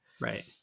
Right